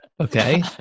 Okay